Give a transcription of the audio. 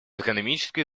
экономической